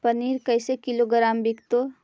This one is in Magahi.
पनिर कैसे किलोग्राम विकतै?